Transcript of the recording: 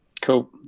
Cool